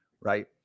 right